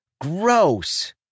Gross